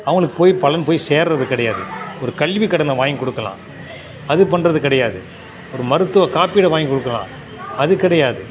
அவர்களுக்கு போய் பலன் போய் சேர்கிறது கிடையாது ஒரு கல்வி கடனை வாங்கிக் கொடுக்கலாம் அது பண்ணுறது கிடையாது ஒரு மருத்துவ காப்பீடை வாங்கி கொடுக்கலாம் அது கிடையாது